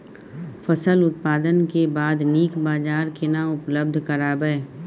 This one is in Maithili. फसल उत्पादन के बाद नीक बाजार केना उपलब्ध कराबै?